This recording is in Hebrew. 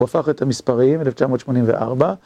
הוא הפך את המספרים 1984.